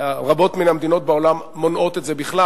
רבות מן המדינות בעולם מונעות את זה בכלל.